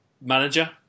manager